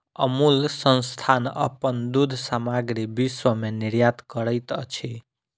अमूल संस्थान अपन दूध सामग्री विश्व में निर्यात करैत अछि